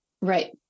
Right